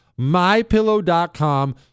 MyPillow.com